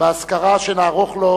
באזכרה שנערוך לו,